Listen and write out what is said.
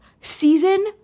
season